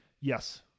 Yes